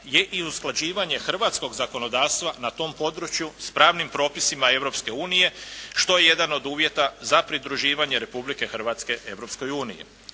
je i usklađivanje hrvatskog zakonodavstva na tom području s pravnim propisima Europske unije što je jedan od uvjeta za pridruživanje Republike Hrvatske